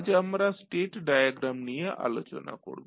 আজ আমরা state diagram নিয়ে আলোচনা করব